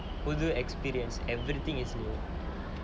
புது:puthu experience everything is new